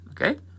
okay